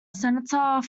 senator